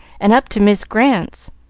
and up to mis grant's.